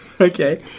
Okay